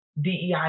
DEI